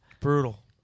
Brutal